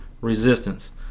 resistance